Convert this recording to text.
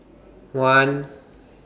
one